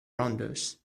rounders